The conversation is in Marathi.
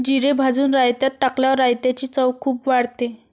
जिरे भाजून रायतात टाकल्यावर रायताची चव खूप वाढते